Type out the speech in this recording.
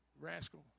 rascal